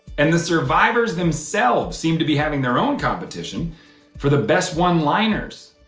and the survivors themselves seem to be having their own competition for the best one-liners.